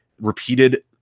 repeated